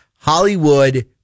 Hollywood